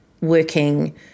working